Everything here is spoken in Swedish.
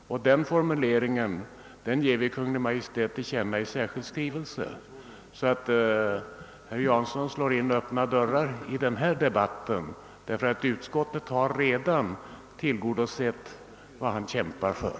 Den formuleringen skall i särskild skrivelse ges Kungl. Maj:t till känna. Herr Jansson slår alltså in öppna dörrar i denna debatt, eftersom utskottet redan har tillgodosett det önskemål, som han här kämpar för.